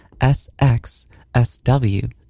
SXSW